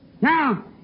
Now